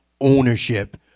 ownership